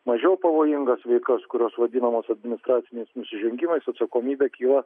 mažiau pavojingas veikas kurios vadinamos administraciniais nusižengimais atsakomybė kyla